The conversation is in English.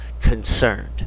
concerned